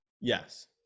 Yes